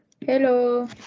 hello